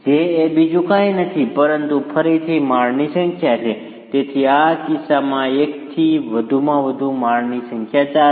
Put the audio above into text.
j એ બીજું કંઈ નથી પરંતુ ફરીથી માળની સંખ્યા છે તેથી આ કિસ્સામાં એકથી વધુમાં વધુ માળની સંખ્યા 4